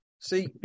See